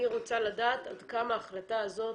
אני רוצה לדעת עד כמה ההחלטה הזאת